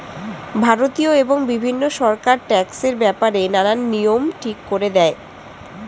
ভারতীয় এবং বিভিন্ন সরকার ট্যাক্সের ব্যাপারে নানান নিয়ম ঠিক করে দেয়